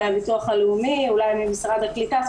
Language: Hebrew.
מביטוח הלאומי אולי ממשרד הקליטה.